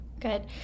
Good